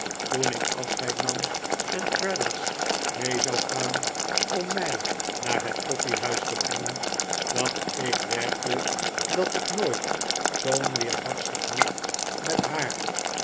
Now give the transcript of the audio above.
toen ik afscheid nam en traddles mee zou gaan om mij naar het koffiehuis te brengen dacht ik werkelijk dat ik nooit zoo'n weerbarstig hoofd met haar